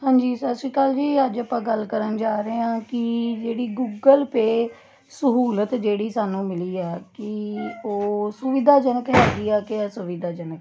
ਹਾਂਜੀ ਸਤਿ ਸ਼੍ਰੀ ਅਕਾਲ ਜੀ ਅੱਜ ਆਪਾਂ ਗੱਲ ਕਰਨ ਜਾ ਰਹੇ ਹਾਂ ਕਿ ਜਿਹੜੀ ਗੁੱਗਲ ਪੇ ਸਹੂਲਤ ਜਿਹੜੀ ਸਾਨੂੰ ਮਿਲੀ ਆ ਕੀ ਉਹ ਸੁਵਿਧਾਜਨਕ ਹੈਗੀ ਆ ਕਿ ਅਸੁਵਿਧਾਜਨਕ